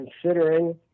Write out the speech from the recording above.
considering